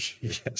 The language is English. Yes